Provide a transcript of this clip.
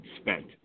spent